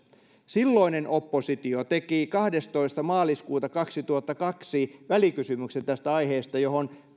silloinen oppositio teki kahdestoista maaliskuuta kaksituhattakaksi tästä aiheesta välikysymyksen johon